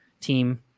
team